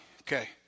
Okay